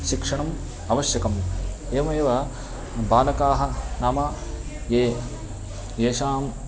शिक्षणम् आवश्यकम् एवमेव बालकाः नाम ये येषाम्